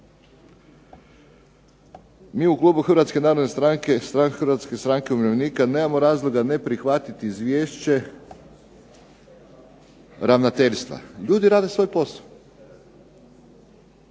Mi u Klubu Hrvatske narodne stranke i Hrvatske stranke umirovljenika nemamo razloga ne prihvatiti izvješće Ravnateljstva, ljudi rade svoj posao.